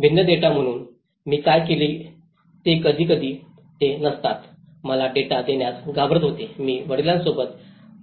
भिन्न डेटा म्हणून मी काय केले ते कधीकधी ते नसतात मला डेटा देण्यास घाबरत होते मी वडिलांसोबत